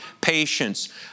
patience